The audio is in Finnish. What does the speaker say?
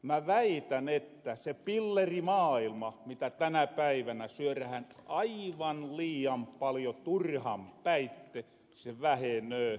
mä väitän että pillerimaailma mitä tänä päivänä syörähän aivan liian paljon turhanpäitte se vähenöö